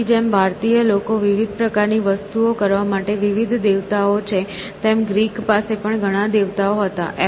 તેથી જેમ ભારતીય લોકો વિવિધ પ્રકારની વસ્તુઓ કરવા માટે વિવિધ દેવતાઓ છે તેમ ગ્રીકો પાસે પણ ઘણા દેવતાઓ હતા